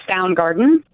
Soundgarden